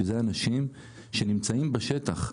שזה אנשים שנמצאים בשטח.